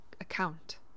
account